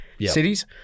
cities